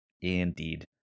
Indeed